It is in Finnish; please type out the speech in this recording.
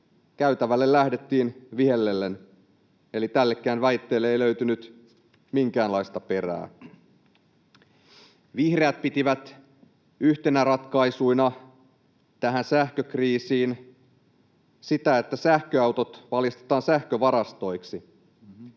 käytävälle lähdettiin vihellellen, eli tällekään väitteelle ei löytynyt minkäänlaista perää. Vihreät pitivät yhtenä ratkaisuna tähän sähkökriisiin sitä, että sähköautot valjastetaan sähkövarastoiksi.